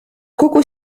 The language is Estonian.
kogu